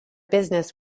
business